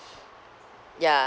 ya